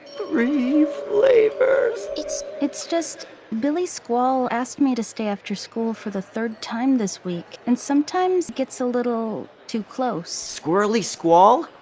three flavors. it's it's just billy squall asked me to stay after school for the third time this week, and sometimes he gets a little too close. squirrely squall?